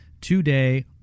today